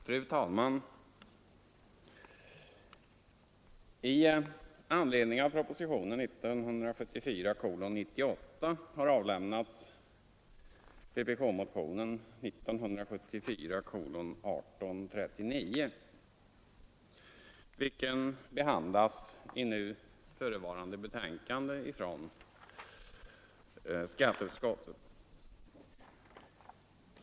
Fru talman! I anledning av propositionen 1974:98 har avlämnats vpk-motionen 1974:1839 vilken behandlas i nu förevarande betänkande från skatteutskottet.